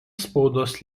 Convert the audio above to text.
spaudos